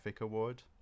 Award